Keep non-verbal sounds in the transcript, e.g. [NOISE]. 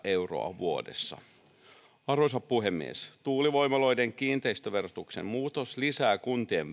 euroa vuodessa arvoisa puhemies tuulivoimaloiden kiinteistöverotuksen muutos lisää kuntien [UNINTELLIGIBLE]